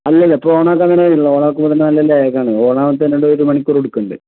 അല്ല അല്ല ഇപ്പം ഓണാക്കുമ്പോൾ അങ്ങനെ അല്ല ഓണാക്കുമ്പോൾ നല്ല ലാഗാണ് ഓണാകുമ്പത്തേനും തന്നെ ഒരു മണിക്കൂർ എടുക്കുന്നുണ്ട്